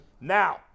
Now